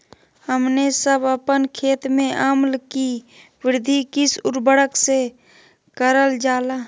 हमने सब अपन खेत में अम्ल कि वृद्धि किस उर्वरक से करलजाला?